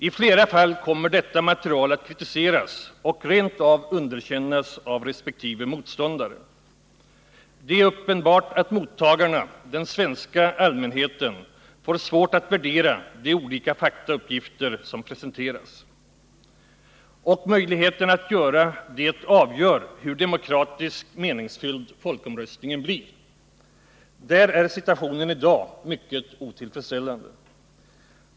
I flera fall kommer detta material att kritiseras och rent av underkännas av resp. motståndare. Det är uppenbart att mottagarna, den svenska allmänheten, får det svårt att värdera de olika faktauppgifter som presenteras. Och möjligheten att göra det avgör hur demokratiskt meningsfylld folkomröstningen blir. Där är situationen i dag mycket otillfredsställande.